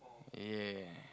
ya